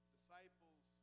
Disciples